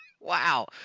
Wow